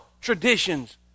traditions